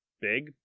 Big